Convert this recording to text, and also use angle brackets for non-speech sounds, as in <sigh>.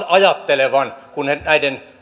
<unintelligible> ajattelevan kun he näiden